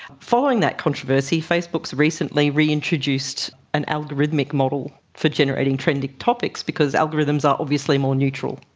following that controversy, facebook has recently reintroduced an algorithmic model for generating trending topics because algorithms are obviously more neutral.